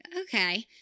okay